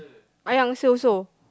I answer also